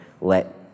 let